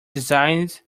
designed